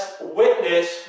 witness